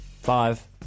Five